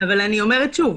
אני אומרת שוב,